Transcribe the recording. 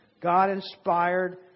God-inspired